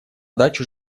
дачу